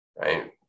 right